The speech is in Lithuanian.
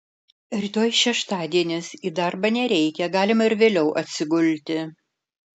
rytoj šeštadienis į darbą nereikia galima ir vėliau atsigulti